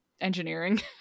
engineering